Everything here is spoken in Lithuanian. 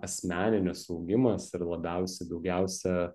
asmeninis augimas ir labiausiai daugiausia